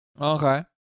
Okay